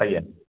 ଆଜ୍ଞା